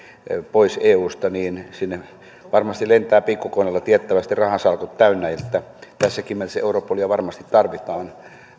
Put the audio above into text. pois eusta niin sinne varmasti lentää pikkukoneella tiettävästi rahasalkut täynnä niin että tässäkin mielessä europolia varmasti tarvitaan